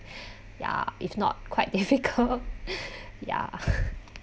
ya if not quite difficult ya